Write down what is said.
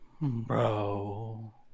Bro